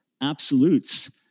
absolutes